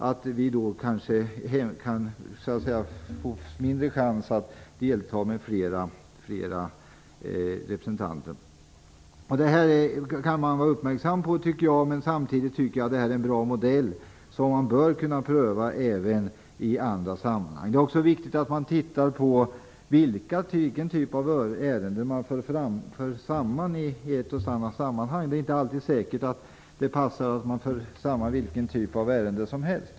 Det är risk att vi får mindre möjlighet att delta med flera representanter i debatten. Detta tycker jag att man skall vara uppmärksam på, men samtidigt tycker jag att det här är en bra modell, som man bör kunna pröva även i andra sammanhang. Det är också viktigt att man tittar närmare på vilken typ av ärenden som förs samman till en debatt. Det passar inte att föra samman ärenden av olika typ.